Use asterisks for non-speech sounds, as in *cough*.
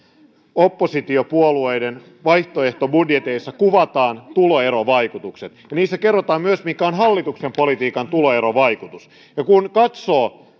oppositiopuolueiden vaihtoehtobudjeteissa kuvataan tuloerovaikutukset ja kerrotaan myös mikä on hallituksen politiikan tuloerovaikutus ja kun katsoo *unintelligible*